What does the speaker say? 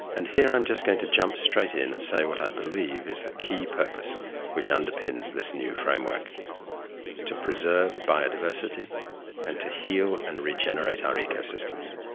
and here i'm just going to jump straight in and say what i believe is the key purpose which underpins this new framework to preserve biodiversity and to heal and regenerate our ecosystems.